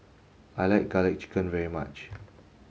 I like garlic chicken very much